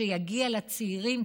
שיגיע לצעירים,